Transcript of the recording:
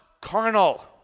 carnal